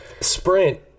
Sprint